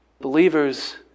believers